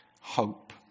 hope